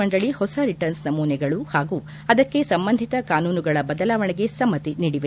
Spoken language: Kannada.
ಮಂಡಳಿ ಹೊಸ ರಿಟರ್ನ್ಸ್ ನಮೂನೆಗಳು ಹಾಗೂ ಅದಕ್ಕೆ ಸಂಬಂಧಿತ ಕಾನೂನುಗಳ ಬದಲಾವಣೆಗೆ ಸಮ್ನತಿ ನೀಡಿವೆ